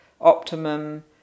optimum